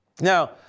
Now